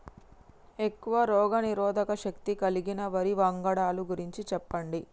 ఎక్కువ రోగనిరోధక శక్తి కలిగిన వరి వంగడాల గురించి చెప్పండి?